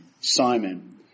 Simon